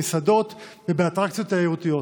במסעדות ובאטרקציות תיירותיות.